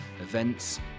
events